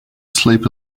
sleep